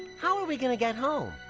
how are we gonna get home?